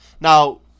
Now